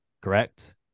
correct